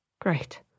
great